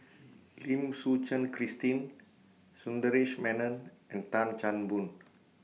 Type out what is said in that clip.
Lim Suchen Christine Sundaresh Menon and Tan Chan Boon